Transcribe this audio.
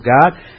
God